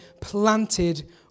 planted